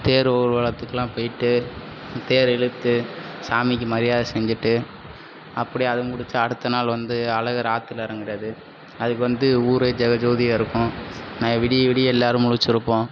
தேர் ஊர்வலத்துக்குலாம் போயிவிட்டு தேரை இழுத்து சாமிக்கு மரியாதை செஞ்சிவிட்டு அப்படியே அது முடிச்சு அடுத்த நாள் வந்து அழகர் ஆற்றுல இறங்குறது அதுக்கு வந்து ஊரே ஜெகஜோதியாக இருக்கும் நாங்கள் விடிய விடிய எல்லாரும் முழிச்சியிருப்போம்